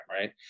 right